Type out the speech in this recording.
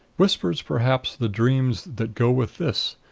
whispers, perhaps, the dreams that go with this,